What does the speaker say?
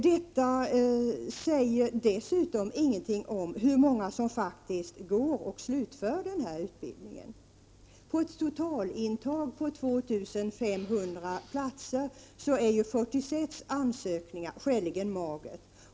Det sägs emellertid ingenting om hur många som faktiskt deltar och kommer att slutföra denna utbildning. På ett totalintag på 2 500 platser är ju 46 ansökningar skäligen magert.